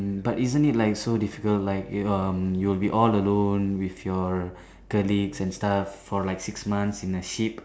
mm but isn't it like so difficult like you um you will be all alone with your colleagues and stuff for like six months in a ship